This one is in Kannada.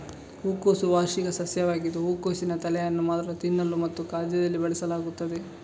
ಹೂಕೋಸು ವಾರ್ಷಿಕ ಸಸ್ಯವಾಗಿದ್ದು ಹೂಕೋಸಿನ ತಲೆಯನ್ನು ಮಾತ್ರ ತಿನ್ನಲು ಮತ್ತು ಖಾದ್ಯದಲ್ಲಿ ಬಳಸಲಾಗುತ್ತದೆ